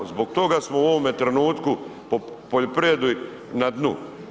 Zbog toga smo u ovome trenutku po poljoprivredi na dnu.